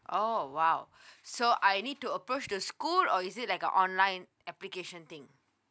oh !wow! so I need to approach the school or is it like a online application thing